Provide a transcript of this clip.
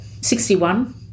61